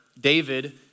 David